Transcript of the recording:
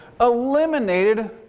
eliminated